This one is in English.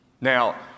Now